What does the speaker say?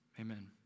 Amen